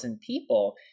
people